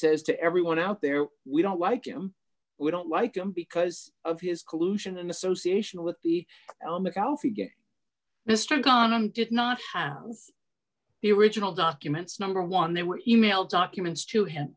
says to everyone out there we don't like him we don't like him because of his collusion and association with the gulf again mr ghanem did not have the original documents number one there were e mail documents to him